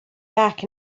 back